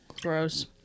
Gross